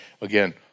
again